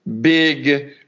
big